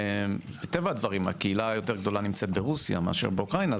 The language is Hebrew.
מטבע הדברים הקהילה היותר גדולה נמצאת ברוסיה מאשר באוקראינה.